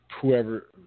whoever –